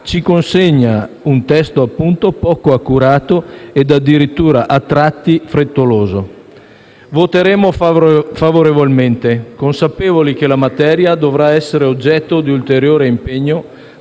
ci consegna un provvedimento poco accurato e addirittura, a tratti, frettoloso. Voteremo favorevolmente, consapevoli che la materia dovrà essere oggetto di ulteriore impegno,